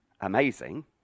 amazing